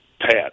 Pat